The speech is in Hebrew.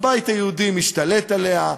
הבית היהודי משתלט עליה.